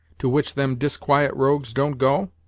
to which them disquiet rogues don't go?